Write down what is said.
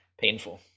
Painful